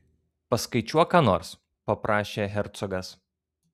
paskaičiuok ką nors paprašė hercogas